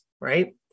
right